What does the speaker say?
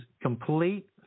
complete